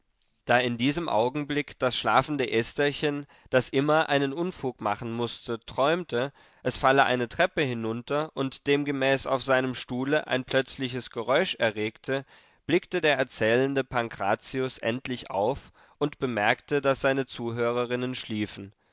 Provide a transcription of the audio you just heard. da in diesem augenblick das schlafende estherchen das immer einen unfug machen mußte träumte es falle eine treppe hinunter und demgemäß auf seinem stuhle ein plötzliches geräusch erregte blickte der erzählende pankrazius endlich auf und bemerkte daß seine zuhörerinnen schliefen